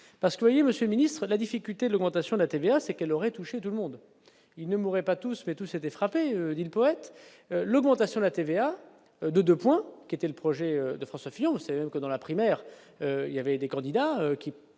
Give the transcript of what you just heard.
parce que voyez, Monsieur le Ministre, la difficulté de l'augmentation de la TVA, c'est qu'elle aurait touché tout le monde, ils ne mouraient pas tous mais tous frappé, dit le poète, l'augmentation de la TVA de 2 points, qui était le projet de François Fillon, savez que dans la primaire, il y avait des candidats qui